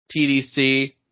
TDC